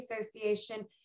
association